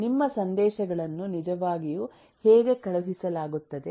ನಿಮ್ಮ ಸಂದೇಶಗಳನ್ನು ನಿಜವಾಗಿಯೂ ಹೇಗೆ ಕಳುಹಿಸಲಾಗುತ್ತದೆ